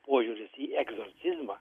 požiūris į egzorcizmą